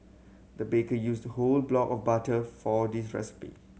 the baker used whole block of butter for this recipe